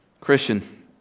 Christian